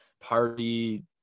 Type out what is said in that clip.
party